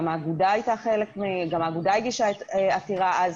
גם האגודה הגישה עתירה אז,